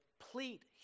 complete